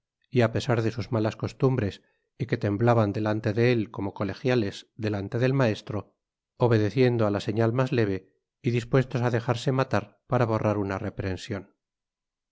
y apesar de sus malas costumbres y que jtemblahan delante de él como colegiales delante del maestro obedeciendo á la señal mas leve y dispuestos á dejarse matar para borrar una reprension